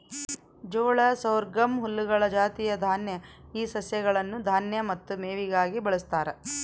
ಜೋಳ ಸೊರ್ಗಮ್ ಹುಲ್ಲುಗಳ ಜಾತಿಯ ದಾನ್ಯ ಈ ಸಸ್ಯಗಳನ್ನು ದಾನ್ಯ ಮತ್ತು ಮೇವಿಗಾಗಿ ಬಳಸ್ತಾರ